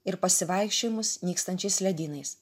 ir pasivaikščiojimus nykstančiais ledynais